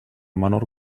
menor